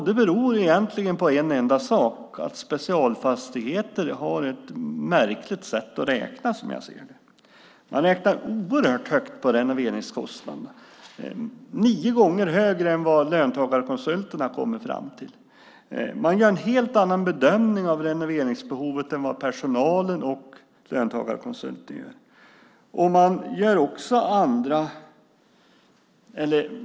Det beror egentligen på en enda sak, nämligen att Specialfastigheter har ett märkligt sätt att räkna på. Man räknar oerhört högt på renoveringskostnaderna, nämligen nio gånger högre än vad löntagarkonsulterna har kommit fram till. Man gör en helt annan bedömning av renoveringsbehovet än vad personalen och löntagarkonsulterna gör.